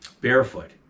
barefoot